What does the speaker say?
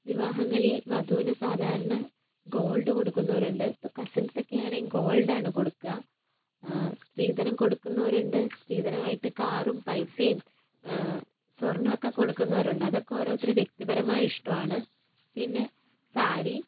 വിവാഹങ്ങളിൽ വധുവിന് സാധാരണ ഗോൾഡ് കൊടുക്കുന്നവരുണ്ട് ഇപ്പോൾ കസിൻസ് ഒക്കെയാണെങ്കിൽ ഗോൾഡ് ആണ് കൊടുക്കുക സ്ത്രീധനം കൊടുക്കുന്നവരുണ്ട് സ്ത്രീധനമായിട്ട് കാറും പൈസയും സ്വർണ്ണവുമൊക്കെ കൊടുക്കുന്നവരുണ്ട് അതൊക്കെ ഓരോരുത്തരുടെ വ്യക്തിപരമായ ഇഷ്ടമാണ് പിന്നെ സാരി